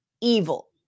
evil